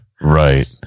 Right